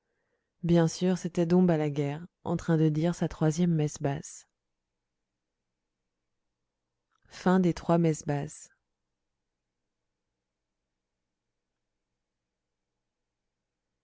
bien sûr c'était dom balaguère en train de dire sa troisième messe basse